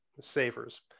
savers